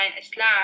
Islam